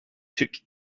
took